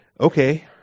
Okay